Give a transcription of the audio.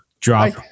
Drop